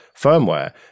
firmware